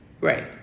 right